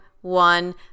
one